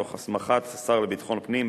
תוך הסמכת השר לביטחון הפנים,